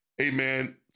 Amen